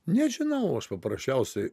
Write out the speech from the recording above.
nežinau aš paprasčiausiai